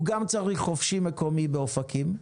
הוא גם צריך חופשי מקומי באופקים,